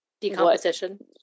decomposition